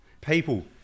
people